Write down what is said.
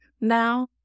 now